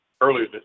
earlier